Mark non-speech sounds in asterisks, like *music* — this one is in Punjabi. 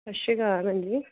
ਸਤਿ ਸ਼੍ਰੀ ਅਕਾਲ *unintelligible*